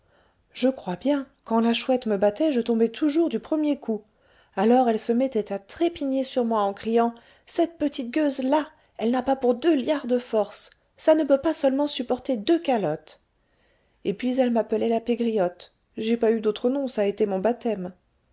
je crois bien quand la chouette me battait je tombais toujours du premier coup alors elle se mettait à trépigner sur moi en criant cette petite gueuse là elle n'a pas pour deux liards de force ça ne peut pas seulement supporter deux calottes et puis elle m'appelait la pégriotte j'ai pas eu d'autre nom ç'a été mon baptême